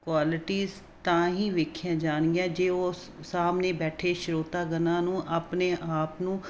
qualities ਤਾਂ ਹੀ ਵੇਖਿਆ ਜਾਣਗੀਆ ਜੇ ਉਹ ਸਾਹਮਣੇ ਬੈਠੇ ਸ਼ਰੋਤਾਗਨਾਂ ਨੂੰ ਆਪਣੇ ਆਪ ਨੂੰ